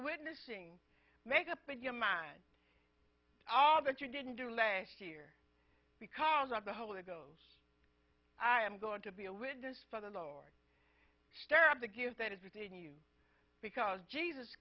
witnessing make up your mind all that you didn't do last year because of the whole it goes i am going to be a witness for the lord stair of the gears that is within you because jesus